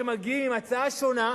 כשמגיעים עם הצעה שונה,